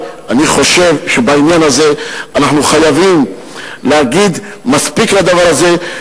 אני חושב שבעניין הזה אנחנו חייבים להגיד: מספיק לדבר הזה.